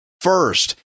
first